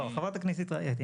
אגב, לא אתה.